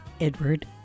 Edward